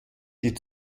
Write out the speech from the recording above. die